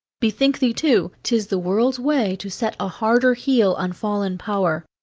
bethink thee too, tis the world's way to set a harder heel on fallen power.